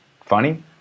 funny